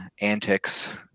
antics